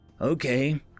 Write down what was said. Okay